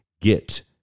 get